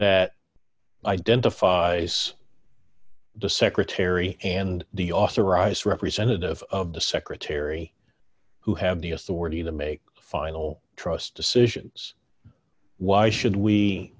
that identifies the secretary and the authorized representative of the secretary who have the authority to make final trust decisions why should we